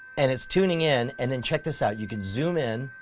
and it's tuning in, and then check this out. you can zoom in,